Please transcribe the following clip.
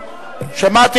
שמעתי.